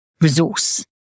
resource